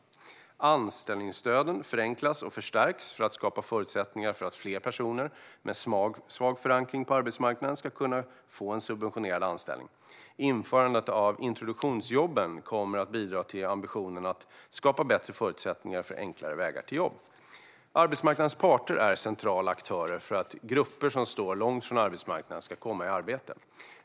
Anställningsstöden förenklas och förstärks för att skapa förutsättningar för att fler personer med svag förankring på arbetsmarknaden ska kunna få en subventionerad anställning. Införandet av introduktionsjobben kommer att bidra till ambitionen att skapa bättre förutsättningar för enklare vägar till jobb. Arbetsmarknadens parter är centrala aktörer för att grupper som står långt ifrån arbetsmarknaden ska komma i arbete.